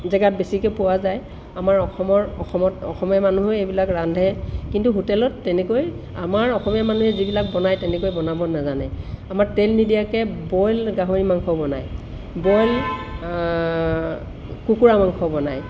জেগাত বেছিকৈ পোৱা যায় আমাৰ অসমৰ অসমত অসমীয়া মানুহে এইবিলাক ৰান্ধে কিন্তু হোটেলত তেনেকৈ আমাৰ অসমীয়া মানুহে যিবিলাক বনাই তেনেকৈ বনাব নাজানে আমাৰ তেল নিদিয়াকৈ বইল গাহৰি মাংস বনাই বইল কুকুৰা মাংস বনায়